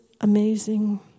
amazing